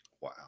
Wow